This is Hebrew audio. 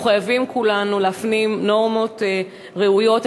אנחנו חייבים כולנו להפנים נורמות ראויות.